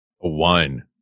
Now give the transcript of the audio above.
one